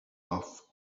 off